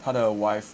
他的 wife